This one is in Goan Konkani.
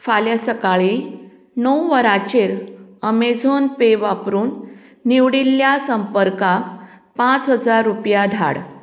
फाल्यां सकाळीं णव वरांचेर अमेझॉन पे वापरून निवडिल्ल्या संपर्कांक पांच हजार रुपया धाड